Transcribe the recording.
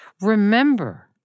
Remember